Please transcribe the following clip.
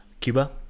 Cuba